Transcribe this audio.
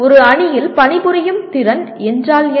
ஒரு அணியில் பணிபுரியும் திறன் என்றால் என்ன